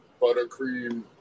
buttercream